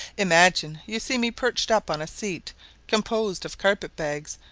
imagine you see me perched up on a seat composed of carpet-bags,